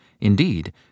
indeed